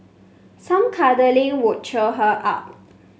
some cuddling could cheer her up